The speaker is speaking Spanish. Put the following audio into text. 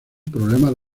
problemas